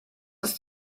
ist